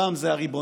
פעם זה הריבונות,